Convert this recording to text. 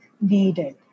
needed